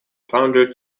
founder